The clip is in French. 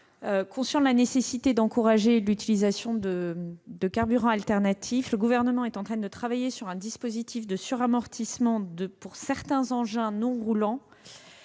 conscient de la nécessité d'encourager l'utilisation de carburants alternatifs, le Gouvernement est en train de travailler sur un dispositif de suramortissement pour certains engins non roulants